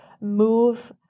move